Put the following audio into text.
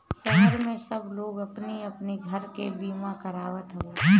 शहर में सब लोग अपनी अपनी घर के बीमा करावत हवे